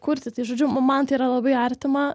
kurstyti žodžiu man tai yra labai artima